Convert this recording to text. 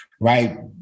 right